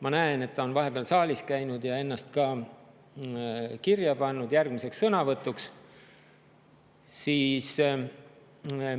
Ma näen, et ta on vahepeal saalis käinud ja ennast ka kirja pannud järgmiseks sõnavõtuks.